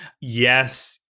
Yes